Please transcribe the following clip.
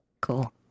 Cool